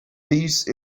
peace